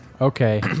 Okay